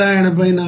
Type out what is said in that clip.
01 11